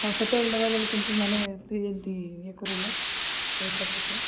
ଆଉ ସେତେବେଳେ ନେବା ବେଳେ କେମିତି ମାନେ ଏମିତି ଇଏ କରଲୁ ପଇସା ତୋତେ